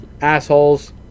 Assholes